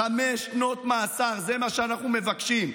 חמש שנות מאסר, זה מה שאנחנו מבקשים.